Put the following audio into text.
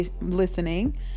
listening